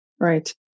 right